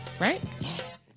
Right